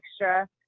extra